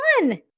fun